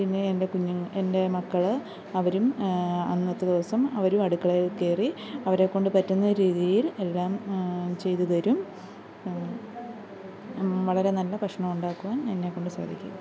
പിന്നെ എൻ്റെ കുഞ്ഞുങ്ങൾ എൻ്റെ മക്കൾ അവരും അന്നത്തെ ദിവസം അവരും അടുക്കളയിൽ കയറി അവരെക്കൊണ്ട് പറ്റുന്ന രീതിയിൽ എല്ലാം ചെയ്തു തരും വളരെ നല്ല ഭഷണം ഉണ്ടാക്കാൻ എന്നെക്കൊണ്ട് സാധിക്കും